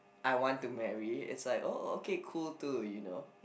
I want to marry it's like oh okay cool too you know